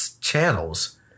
channels